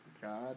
God